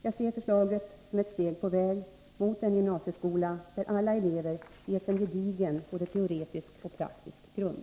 Jag ser förslaget som ett steg på väg mot en gymnasieskola där alla elever ges en gedigen både teoretisk och praktisk grund.